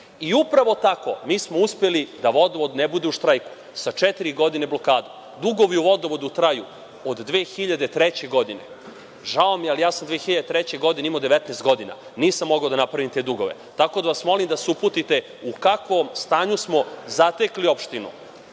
Upravo tako, mi smo uspeli da Vodovod ne bude u štrajku sa četiri godine blokade. Dugovi u Vodovodu traju od 2003. godine. Žao mi je, ali ja sam 2003. godine imao 19 godina, nisam mogao da napravim te dugove, tako da vas molim da se uputite u kakvom stanju smo zatekli opštinu.